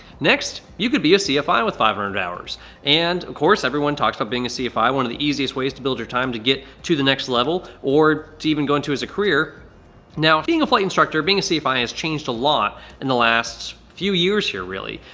next you could be a cfi with five hundred and hours and of course everyone talks about being a cfi, one of the easiest ways to build your time to get to the next level or to even go into as a career now being a flight instructor. being a cfi has changed a lot in the last few years here really,